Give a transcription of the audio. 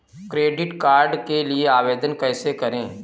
Credit card के लिए आवेदन कैसे करें?